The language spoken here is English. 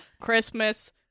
Christmas